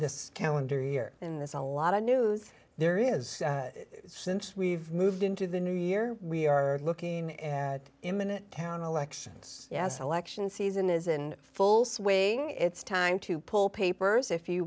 this calendar year in this a lot of news there is since we've moved into the new year we are looking at imminent town elections as election season is in full swing it's time to pull papers if you